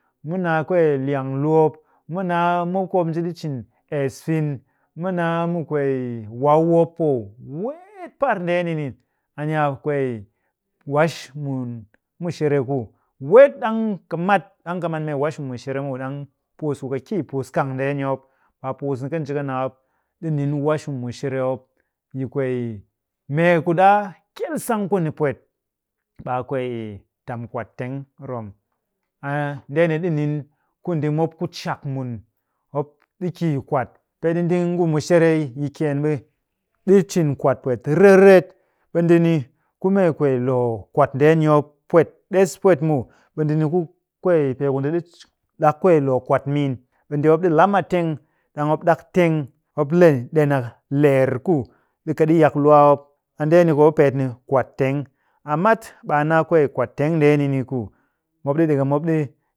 Mu naa kwee liang lu mop. Mu naa mop ku mop nji ɗi cin ees fin, mu naa mu kwee wau mop oh. Weet par ndeeni ni, a ni a kwee wash mun mushere ku weet ɗang ka mat, ɗang ka man mee wash mu mushere muw, ɗang puus ku ka ki puus kang ndeeni mop, a puus ni ka nji ka naa mop ɗi nin wash mu mushere mop. Yi kwee, mee ku ɗaa kyel sang kuni pwet, ɓe a kwee tam kwat teng rom. A ndeni ɗi nin ku ndi mop ku cak mun mop ɗi ki y kwat. Peeɗi ndi ngu mushere yi kyeen ɓe ɗi cin kwat pwet riret riret. Ɓe ndi ni ku mee kwee loo kwat ndeni mop pwet ɗes pwet muw. Ɓe ndi ni ku kwee pee ku ndi ɗi ɗak kwee loo kwat miin. Ɓe ndi mop ɗi lam a teng.ɗang mop ɗak teng, mop le ɗen a leer ku ɗi ka ɗi yak lwaa mop. A ndeeni ku mop peet ni kwat teng. A mat ɓe. a naa kwee kwat teng ndeeni ni ku mop ɗi ɗekem mop ɗi